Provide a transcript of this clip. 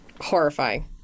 Horrifying